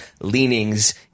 leanings